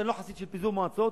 שאני לא חסיד של פיזור מועצות,